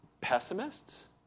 pessimists